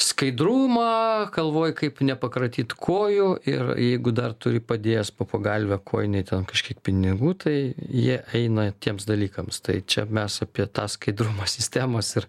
skaidrumą galvoji kaip nepakratyt kojų ir jeigu dar turi padėjęs po pagalve kojinėj ten kažkiek pinigų tai jie eina tiems dalykams tai čia mes apie tą skaidrumą sistemos ir